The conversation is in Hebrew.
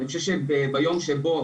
אני חושב שביום שבו,